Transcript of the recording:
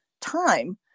time